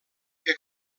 que